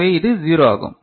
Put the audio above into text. எனவே இது 0 ஆகும்